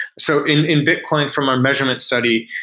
so in in bitcoin from my measurement study,